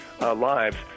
lives